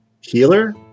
healer